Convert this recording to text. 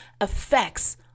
affects